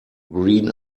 green